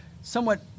somewhat